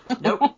Nope